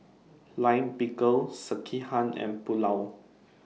Lime Pickle Sekihan and Pulao